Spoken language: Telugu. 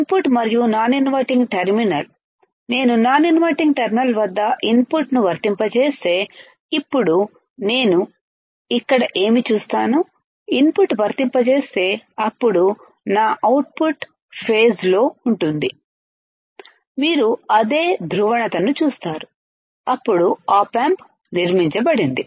ఇన్పుట్ మరియు నాన్ ఇన్వర్టింగ్ టెర్మినల్ నేను నాన్ ఇన్వర్టింగ్ టెర్మినల్ వద్ద ఇన్పుట్ను వర్తింపజేస్తే ఇప్పుడు నేను ఇక్కడ ఏమి చేస్తాను ఇన్పుట్ వర్తింపజేస్తే అప్పుడు నా అవుట్పుట్ ఫేస్ లోఉంటుంది మీరు అదే ధ్రువణతను చూస్తారు అప్పుడు ఆప్ ఆంప్ నిర్మించబడింది